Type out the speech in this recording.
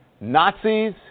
Nazis